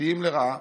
דתיים לרעה,